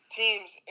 teams